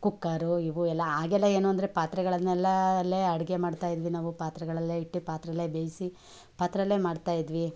cooker ಇವು ಎಲ್ಲಾ ಆಗೆಲ್ಲ ಏನು ಅಂದರೆ ಪಾತ್ರೆಗಳನ್ನೆಲ್ಲ ಅಲ್ಲೇ ಅಡುಗೆ ಮಾಡ್ತಾಯಿದ್ವಿ ನಾವು ಪಾತ್ರೆಗಳಲ್ಲೇ ಇಟ್ಟು ಪಾತ್ರೆಯಲ್ಲೆ ಬೇಯಿಸಿ ಪಾತ್ರೆಯಲ್ಲೆ ಮಾಡ್ತಾಯಿದ್ವಿ